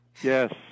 Yes